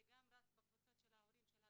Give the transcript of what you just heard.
זה גם רץ בקבוצות של ההורים ושל הגננות,